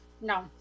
No